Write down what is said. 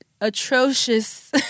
atrocious